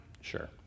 Sure